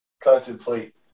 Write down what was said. contemplate